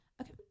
Okay